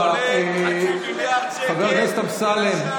כולל חצי מיליארד שקל --- חבר הכנסת אמסלם,